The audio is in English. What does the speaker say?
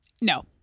No